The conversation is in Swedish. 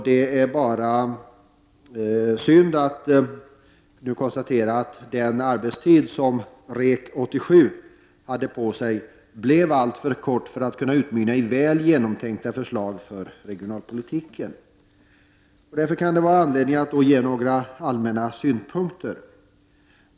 Det är bara synd att man nu måste konstatera att den arbetstid som REK 87 hade på sig var alltför kort för att arbetet skulle kunna utmynna i väl genomtänkta förslag för regionalpolitiken. Därför kan det finnas anledning att ge några allmänna synpunkter.